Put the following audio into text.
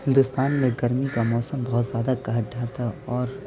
ہندوستان میں گرمی کا موسم بہت زیادہ قہر ڈھاتا اور